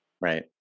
Right